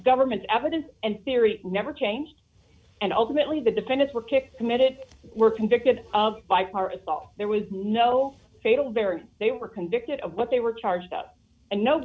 government's evidence and theory never changed and ultimately the defendants were kicked committed were convicted of by far a thought there was no fatal barrier they were convicted of what they were charged up and no